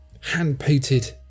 hand-painted